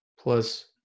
plus